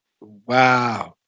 Wow